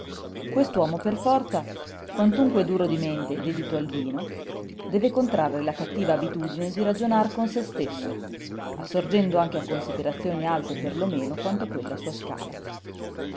quest'uomo per forza quantunque duro di mente e dedito al vino deve contrarre la cattiva abitudine di ragionar con se stesso assorgendo anche a considerazioni alte per lo meno quanto quella sua scala